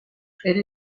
elle